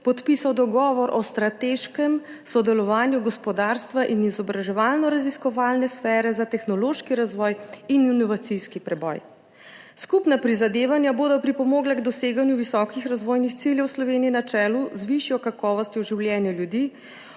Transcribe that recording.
podpisal dogovor o strateškem sodelovanju gospodarstva in izobraževalno-raziskovalne sfere za tehnološki razvoj in inovacijski preboj. Skupna prizadevanja bodo pripomogla k doseganju visokih razvojnih ciljev Slovenije, na čelu z višjo kakovostjo življenja ljudi,